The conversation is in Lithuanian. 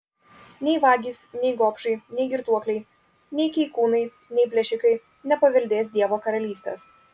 nei vagys nei gobšai nei girtuokliai nei keikūnai nei plėšikai nepaveldės dievo karalystės